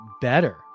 better